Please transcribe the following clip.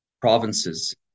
provinces